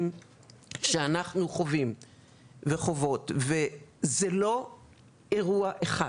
שאנחנו חווים וחוות וזה לא אירועי אחד,